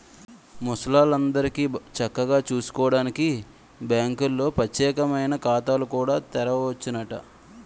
ముసలాల్లందరికీ చక్కగా సూసుకోడానికి బాంకుల్లో పచ్చేకమైన ఖాతాలు కూడా తెరవచ్చునట